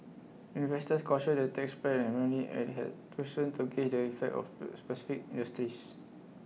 investors cautioned the tax plan preliminary and has too soon to gauge the effect of per specific industries